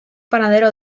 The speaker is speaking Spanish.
panadero